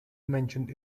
mentioned